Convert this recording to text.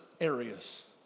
areas